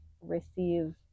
receive